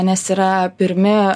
nes yra pirmi